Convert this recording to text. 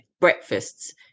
breakfasts